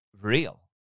real